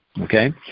Okay